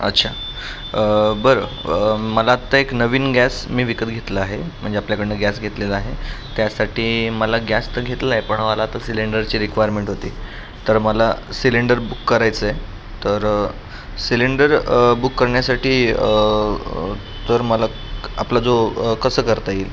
अच्छा बरं मला आत्ता एक नवीन गॅस मी विकत घेतला आहे म्हणजे आपल्याकडून गॅस घेतलेला आहे त्यासाठी मला गॅस तर घेतला आहे पण मला आता सिलेंडरची रिक्वायरमेंट होती तर मला सिलेंडर बुक करायचं आहे तर सिलेंडर बुक करण्यासाठी तर मला आपला जो कसं करता येईल